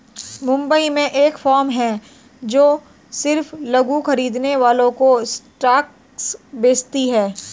मुंबई में एक फार्म है जो सिर्फ लघु खरीदने वालों को स्टॉक्स बेचती है